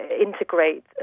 integrate